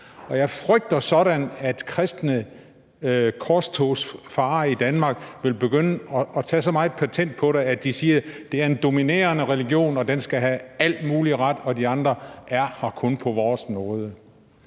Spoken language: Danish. jeg frygter sådan, at kristne korstogsfarere i Danmark vil begynde at tage så meget patent på den, at de siger, at det er en dominerende religion, og at den skal have al mulig ret, og at de andre kun er her på vores nåde,